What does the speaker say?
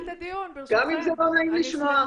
גם אם זה לא נעים לשמוע.